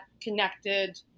connected